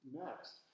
next